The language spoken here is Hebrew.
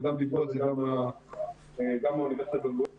אני מתכבד לפתוח את ישיבת ועדת החינוך,